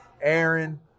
Aaron